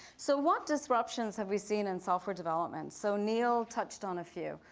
so what disruptions have we seen in software development? so neil touched on a few.